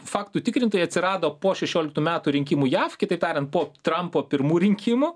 faktų tikrintojai atsirado po šešioliktų metų rinkimų jav kitaip tariant po trampo pirmų rinkimų